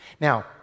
Now